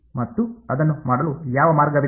ಮತ್ತು ಅದನ್ನು ಮಾಡಲು ಯಾವ ಮಾರ್ಗವಿದೆ